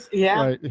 yeah.